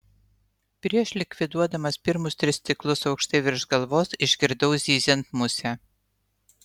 prieš likviduodamas pirmus tris stiklus aukštai virš galvos išgirdau zyziant musę